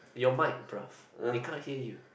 your mic bro they cannot hear you